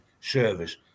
service